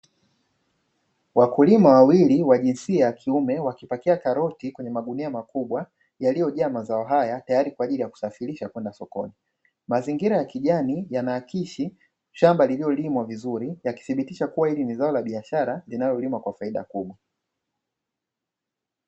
Wakulima wawili wa jinsia ya kiume wakipakia karoti kwenye magunia makubwa, yaliyojaa mazao haya tayari kwa ajili kusafrishwa kwenda sokoni. Mazingira ya kijani yanaakisi shamba lililolimwa vizuri yakithibitisha kuwa hili ni zao la biashara linalimwa kwa faida kubwa.